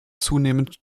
zunehmend